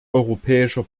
europäischer